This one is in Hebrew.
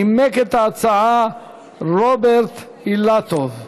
נימק את ההצעה רוברט אילטוב.